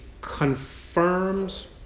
confirms